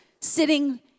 sitting